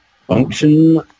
function